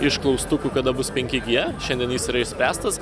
iš klaustukų kada bus penki gie šiandien yra išspręstas